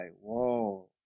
whoa